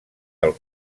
del